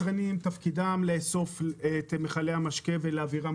תפקידם של היבואנים והיצרנים לאסוף את מכלי המשקה ולהעבירם